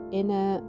inner